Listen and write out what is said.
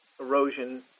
erosion